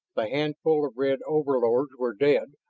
the handful of red overlords were dead,